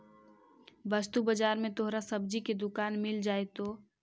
वस्तु बाजार में तोहरा सब्जी की दुकान मिल जाएतो